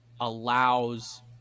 allows